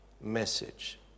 message